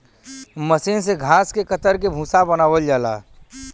मसीन से घास के कतर के भूसा बनावल जाला